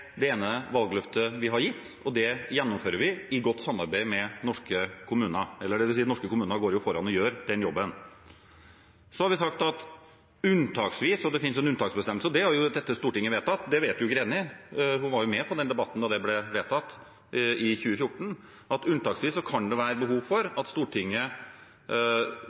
det ene valgløftet vi har gitt, og det gjennomfører vi i godt samarbeid med norske kommuner – dvs. norske kommuner går foran og gjør den jobben. Så finnes det en unntaksbestemmelse, og den har jo dette storting vedtatt. Det vet Greni, for hun var med på den debatten da den ble vedtatt i 2014. Vi har sagt at det unntaksvis kan være behov for at Stortinget